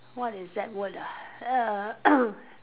what is that word ah